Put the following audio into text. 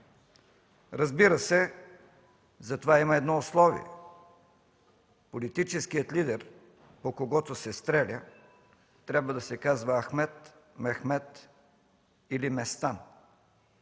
Разбира се, за това има едно условие – политическият лидер, по когото се стреля, трябва да се казва Ахмед, Мехмед или Местан.